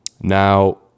Now